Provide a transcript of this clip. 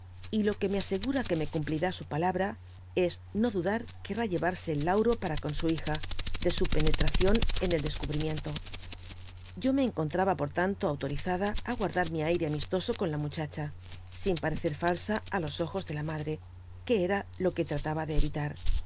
y lo que me asegura que me cumplirá su palabra es no dudar querrá llevarse el lauro para con su hija de su penetración en el descubriipiento yo me encontraba por tanto autorizada á guardar mi ayre amistoso con la muchacha sin parecer falsa á los ojos de la madre que era lo que trataba de evitar